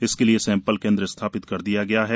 इसके लिए सैंपल केंद्र स्थापित कर दिया गया है